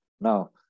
Now